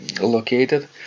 located